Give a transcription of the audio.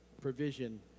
provision